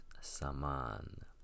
Saman